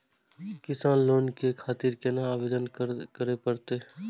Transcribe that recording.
किसान लोन के खातिर केना आवेदन करें परतें?